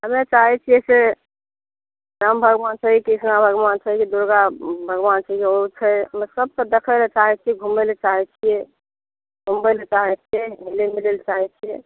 हम्मे चाहे छियै से राम भगबान छै कि कृष्ण भगबान छै कि दुर्गा भगबान छै सबके देखे लऽ चाहैत छी घूमै लऽ चाहै छियै चाहै छियै घुलै मिलै लऽ चाहै छियै